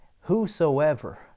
whosoever